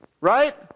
Right